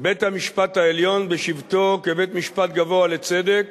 בית-המשפט העליון בשבתו כבית-משפט גבוה לצדק,